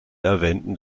erwähnten